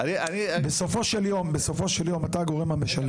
בסופו של יום אתה הגורם המשלם.